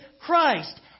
Christ